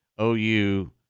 OU